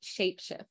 Shapeshift